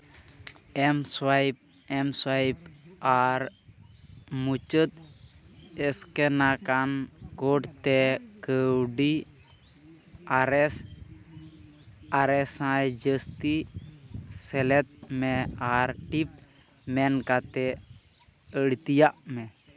ᱮᱢ ᱥᱳᱭᱟᱭᱤᱯ ᱮᱢ ᱥᱳᱭᱟᱭᱤᱯ ᱟᱨ ᱢᱩᱪᱟᱹᱫ ᱮᱹᱥᱠᱮᱱ ᱟᱠᱟᱱ ᱠᱳᱰ ᱛᱮ ᱠᱟᱹᱣᱰᱤ ᱟᱨᱮᱹᱥ ᱟᱨᱮ ᱥᱟᱭ ᱡᱟᱹᱥᱛᱤ ᱥᱮᱞᱮᱫ ᱢᱮ ᱟᱨ ᱴᱤᱯ ᱢᱮᱱ ᱠᱟᱛᱮ ᱟᱹᱲᱛᱤᱭᱟᱜ ᱢᱮ